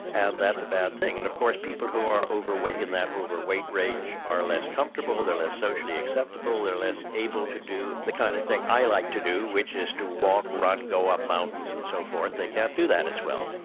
and that's a bad thing. and of course, people who are overweight in that overweight range, are less comfortable, or they're less socially acceptable, they're less able to do the kind of thing i like to do, which is to walk, run, go up mountains and so forth, they can't do that as well.